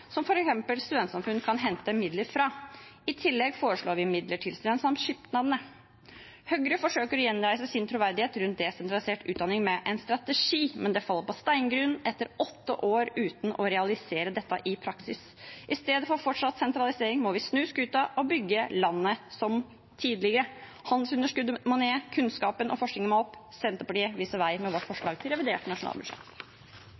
som f.eks. studentsamfunn kan hente midler fra. I tillegg foreslår vi midler til studentsamskipnadene. Høyre forsøker å gjenreise sin troverdighet rundt desentralisert utdanning med en strategi, men det faller på steingrunn etter åtte år uten å realisere dette i praksis. I stedet for fortsatt sentralisering må vi snu skuta og bygge landet som tidligere. Handelsunderskuddet må ned, og kunnskapen og forskningen må opp. Senterpartiet viser vei med vårt